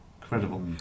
incredible